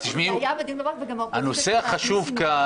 זה היה בדיון וגם --- הנושא החשוב כאן